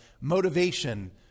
motivation